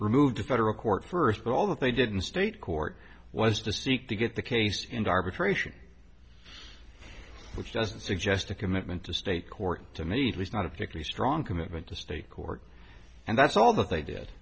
removed federal court first but all that they didn't state court was to seek to get the case in arbitration which doesn't suggest a commitment to state court to meet was not a particularly strong commitment to state court and that's all that they did